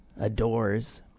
adores